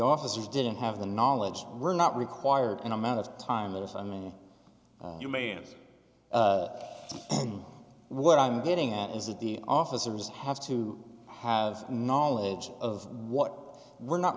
officers didn't have the knowledge we're not required an amount of time that is i mean you may answer and what i'm getting at is that the officers have to have knowledge of what we're not